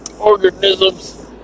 organisms